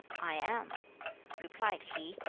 i am replied he,